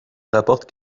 rapporte